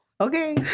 Okay